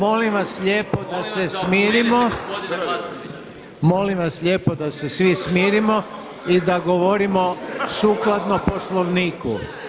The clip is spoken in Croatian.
Molim vas lijepo da se smirimo, molim vas lijepo da se svi smirimo i da govorimo sukladno Poslovniku.